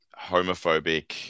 homophobic